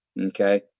okay